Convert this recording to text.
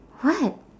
what